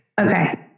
Okay